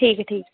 ठीक ऐ ठीक